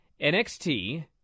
NXT